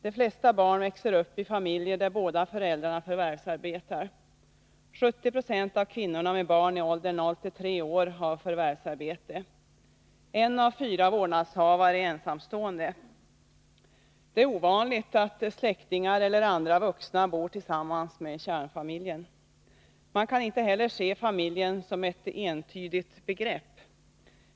De flesta barn växer upp i familjer där båda föräldrarna förvärvsarbetar. 70 70 av kvinnorna med barn i åldern 0-3 år har förvärvsarbete. En av fyra vårdnadshavare är ensamstående. Det är ovanligt att släktingar eller andra vuxna bor tillsammans med kärnfamiljen. Man kan inte heller se familjen som ett entydigt begrepp.